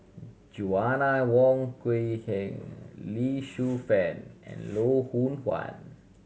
Joanna Wong Quee Heng Lee Shu Fen and Loh Hoong Kwan